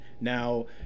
Now